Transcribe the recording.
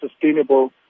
sustainable